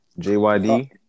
JYD